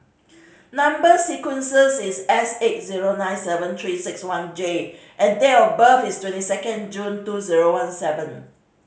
number sequences is S eight zero nine seven Three Six One J and date of birth is twenty second June two zero one seven